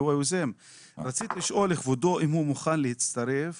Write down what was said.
מוכן להצטרף